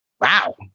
wow